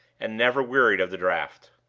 and never wearied of the draught.